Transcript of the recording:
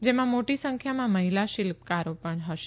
જેમાં મોટી સંખ્યામાં મહિલા શિલ્પકારો પણ હશે